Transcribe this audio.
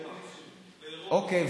אוקיי,